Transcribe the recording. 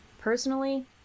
Personally